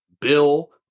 Bill